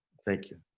thank you.